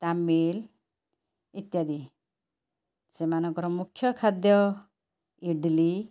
ତାମିଲ୍ ଇତ୍ୟାଦି ସେମାନଙ୍କର ମୁଖ୍ୟ ଖାଦ୍ୟ ଇଡ଼ଲି